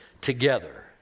together